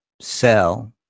sell